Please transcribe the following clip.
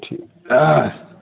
ठीक